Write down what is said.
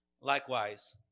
Likewise